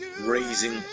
raising